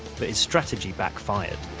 but his strategy backfired.